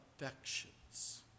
affections